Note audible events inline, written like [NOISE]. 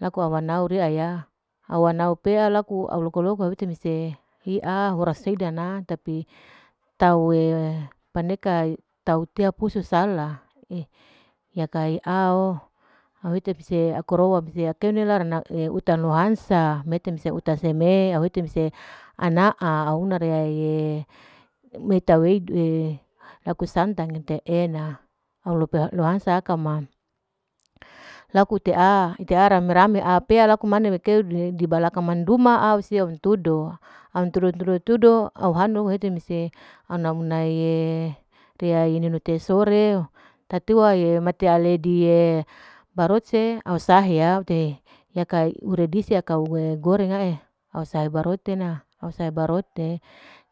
Laku au nau riya ya, au nau pea au loko-loko ahete mese i'a orasidana tapi tahu'e, paneka tahu tea pusu sala eh yaka yi au'o, au hete mese laku rowo mese akeuna rana [HESITATION] utanu lohansa mete mese uta seme auta mese, ana'a una riya [HESITATION] meta weud [HESITATION] laku santang ente e'ena, au lope lohansa akama, laku ite'a, itera rame-rame apea laku manduma au mantudu, auntudo tudo tudo, au hanu hete mese ana una ye riya ninu te sore'o, tatiwa mati'e aledi'e barot se au sahe ya'ate yaka, uri disi yakau goreng ha'e, au sahe barot e'ena, au sahe barot'e,